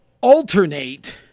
alternate